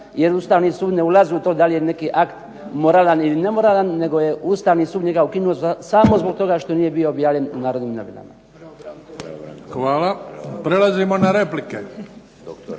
jer Ustavni sud ne ulazi u to da li je neki akt moralan ili nemoralan nego je Ustavni sud njega ukinuo samo zbog toga što nije bio objavljen u "Narodnim novinama". **Bebić, Luka (HDZ)** Hvala. Prelazimo na replike.